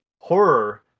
Horror